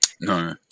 No